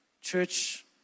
church